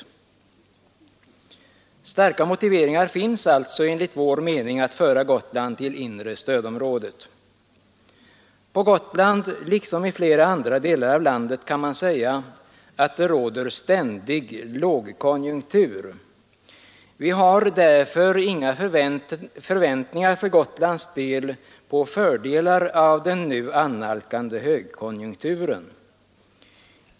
Starka motiveringar finns alltså enligt vår mening att föra Gotland till inre stödområdet. Man kan säga att på Gotland, liksom i flera andra delar av landet, råder ständig lågkonjuntur. Vi har därför inga förväntningar för Gotlands vidkommande på fördelar av den nu annalkande högkonjunkturen.